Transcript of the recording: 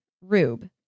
Rube